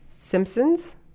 Simpsons